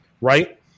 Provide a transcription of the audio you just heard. right